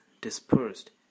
dispersed